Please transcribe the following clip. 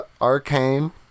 Arcane